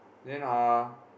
then uh